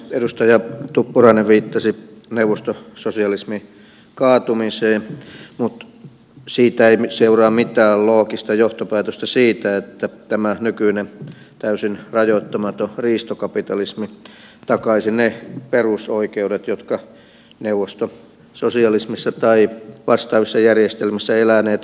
edustaja tuppurainen viittasi neuvostososialismin kaatumiseen mutta siitä ei seuraa mitään sellaista loogista johtopäätöstä että tämä nykyinen täysin rajoittamaton riistokapitalismi takaisi ne perusoikeudet jotka neuvostososialismissa tai vastaavassa järjestelmässä eläneet menettivät